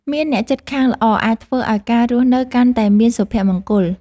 មានអ្នកជិតខាងល្អអាចធ្វើឱ្យការរស់នៅកាន់តែមានសុភមង្គល។